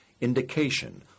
indication